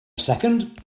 second